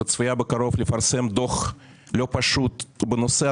וצפויה בקרוב לפרסם דוח לא פשוט בנושא הזה,